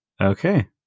Okay